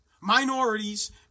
minorities